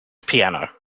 piano